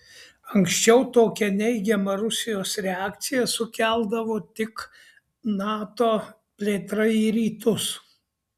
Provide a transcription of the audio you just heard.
anksčiau tokią neigiamą rusijos reakciją sukeldavo tik nato plėtra į rytus